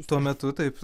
tuo metu taip